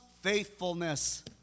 faithfulness